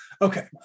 okay